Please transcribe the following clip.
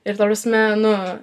ir ta prasme nu